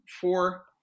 four